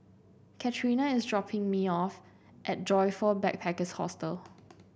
Katerina is dropping me off at Joyfor Backpackers' Hostel